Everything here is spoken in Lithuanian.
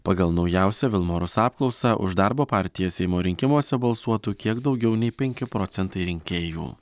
pagal naujausią vilmorus apklausą už darbo partiją seimo rinkimuose balsuotų kiek daugiau nei penki procentai rinkėjų